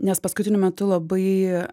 nes paskutiniu metu labai